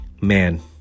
Man